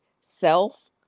Self